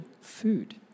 food